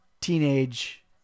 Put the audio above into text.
teenage